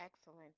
Excellent